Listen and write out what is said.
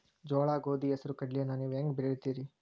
ಜೋಳ, ಗೋಧಿ, ಹೆಸರು, ಕಡ್ಲಿಯನ್ನ ನೇವು ಹೆಂಗ್ ಬೆಳಿತಿರಿ?